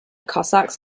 cossacks